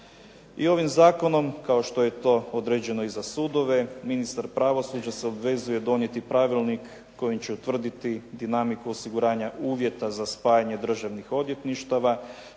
ovim zakonom kao što je to određeno i za sudove ministar pravosuđa se obvezuje donijeti pravilnik kojim će utvrditi dinamiku osiguranja uvjeta za spajanje državnih odvjetništava